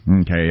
Okay